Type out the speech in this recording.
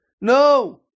No